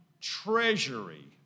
treasury